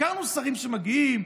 הכרנו שרים שמגיעים,